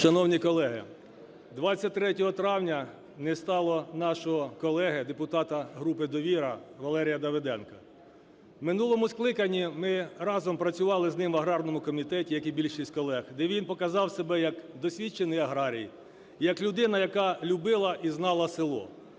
Шановні колеги, 23 травня не стало нашого колеги депутата групи "Довіра" Валерія Давиденка. В минулому скликанні ми разом працювали з ним в аграрному комітеті, як і більшість колег, де він показав себе як досвідчений аграрій, як людина, яка любила і знала село.